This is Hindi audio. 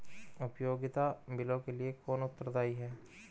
उपयोगिता बिलों के लिए कौन उत्तरदायी है?